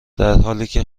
درحالیکه